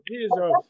Jesus